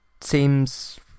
seems